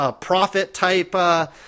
profit-type